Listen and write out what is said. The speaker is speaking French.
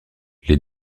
les